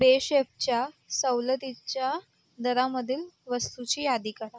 बेशेफच्या सवलतीच्या दरामधील वस्तूची यादी करा